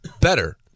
better